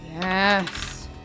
Yes